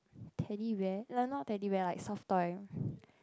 Teddy Bear like not Teddy Bear like soft toy